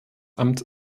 amt